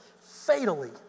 fatally